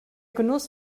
genuss